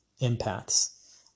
empaths